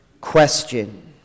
question